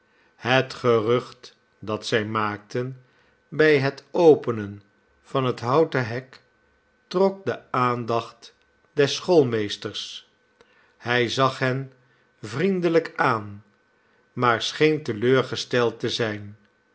het gerucht dat zij maakten bij het openen van het houten hek trok de aandacht des schoolmeesters hij zag hen vriendelijk aan maar scheen te leur gesteld te zijn